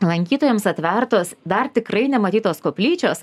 lankytojams atvertos dar tikrai nematytos koplyčios